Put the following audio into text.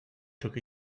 took